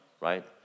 right